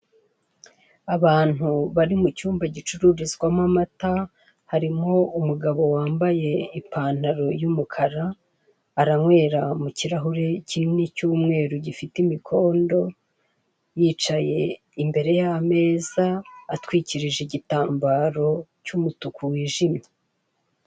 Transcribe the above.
Abantu bari mucyumba gicururizwamo amata, harimo umugabo wambaye ipantaro y'umukara aranywera mu kirahuri kinini cy'umweru gifite umukondo, yicaye imbere y'ameza atwikirije igtambaro cy'umutuku wijimye.